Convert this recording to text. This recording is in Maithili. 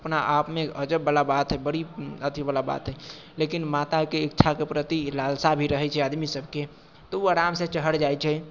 अपना आपमे अजबवला बात हइ बड़ी अथीवला बात हइ लेकिन माताके इच्छाके प्रति लालसा भी रहैत छै आदमीसभके तऽ ओ आरामसँ चढ़ि जाइत छै